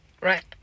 right